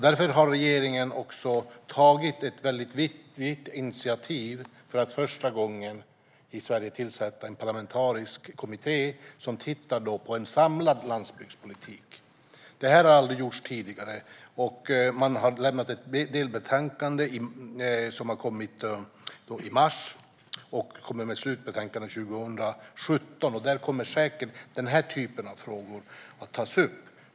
Därför har regeringen tagit ett viktigt initiativ genom att för första gången i Sverige tillsätta en parlamentarisk kommitté som ska titta på en samlad landsbygdspolitik. Detta har aldrig gjorts tidigare. Kommittén lämnade ett delbetänkande i mars, och slutbetänkandet kommer 2017. Då kommer säkert detta slags frågor att tas upp.